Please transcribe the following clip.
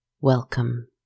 Welcome